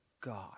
God